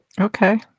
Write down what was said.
Okay